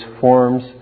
forms